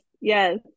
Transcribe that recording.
yes